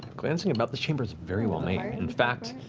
glancing about this chamber, it's very well made. in fact,